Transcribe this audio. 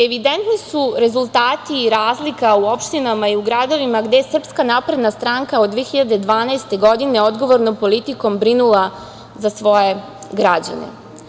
Evidentni su rezultati i razlika u opštinama i u gradovima gde SNS od 2012. godine odgovornom politikom brinula za svoje građane.